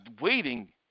waiting